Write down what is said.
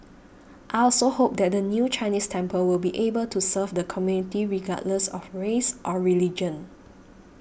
I also hope that the new Chinese temple will be able to serve the community regardless of race or religion